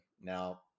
Now